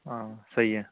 ہاں سہی ہے